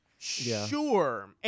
Sure